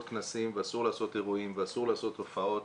כנסים ואסור לעשות אירועים ואסור לעשות הופעות